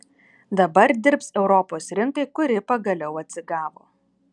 dabar dirbs europos rinkai kuri pagaliau atsigavo